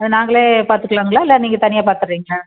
அதை நாங்களே பார்த்துக்குலாங்களா இல்லை நீங்கள் தனியாக பார்த்தர்றீங்களா